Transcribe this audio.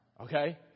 Okay